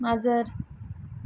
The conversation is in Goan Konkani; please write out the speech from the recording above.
माजर